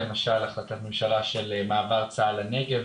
למשל החלטת ממשלה של מעבר צה"ל לנגב,